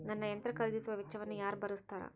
ನನ್ನ ಯಂತ್ರ ಖರೇದಿಸುವ ವೆಚ್ಚವನ್ನು ಯಾರ ಭರ್ಸತಾರ್?